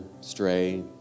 stray